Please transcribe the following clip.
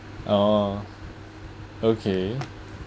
oh okay